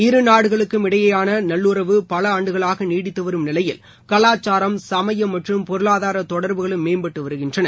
இருநாடுகளுக்கும் இடையேயான நல்லுறவு பல ஆண்டுகளாக நீடித்து வரும் நிலையில் கலாச்சாரம் சமயம் மற்றும் பொருளாதார தொடர்புகளும் மேம்பட்டு வருகின்றன